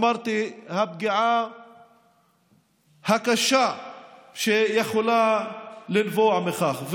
כמו שאמרתי, הפגיעה הקשה שיכולה לנבוע מכך?